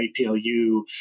APLU